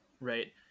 right